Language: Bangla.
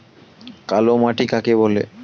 কালোমাটি কাকে বলে?